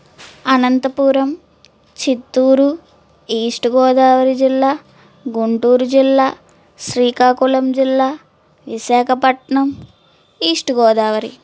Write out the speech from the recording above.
Anantapuram Chittoor east Godavari జిల్లా గుంటూరు జిల్లా శ్రీకాకుళం జిల్లా విశాఖపట్నం ఈస్ట్ గోదావరి